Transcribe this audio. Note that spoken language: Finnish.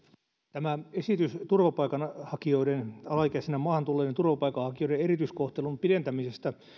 tämä esitys turvapaikanhakijoiden alaikäisinä maahan tulleiden turvapaikanhakijoiden erityiskohtelun pidentämisestä